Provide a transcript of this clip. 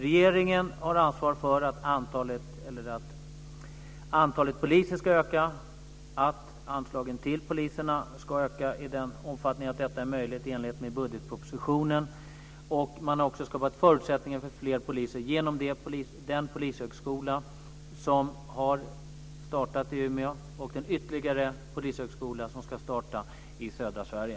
Regeringen har ansvar för att antalet poliser ska öka och att anslagen till poliserna ska öka i den omfattning som detta är möjligt i enlighet med budgetpropositionen. Vi har också skapat förutsättningar för fler poliser genom den polishögskola som har startat i Umeå och den ytterligare polishögskola som ska starta i södra Sverige.